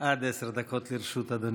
עד עשר דקות לרשות אדוני.